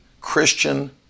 Christian